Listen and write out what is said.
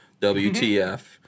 WTF